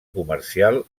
comercial